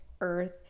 earth